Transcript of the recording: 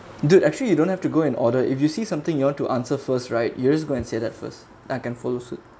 dude actually you don't have to go and order if you see something you want to answer first right you just go and say at first I can follow suit